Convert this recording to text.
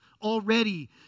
Already